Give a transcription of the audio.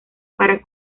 para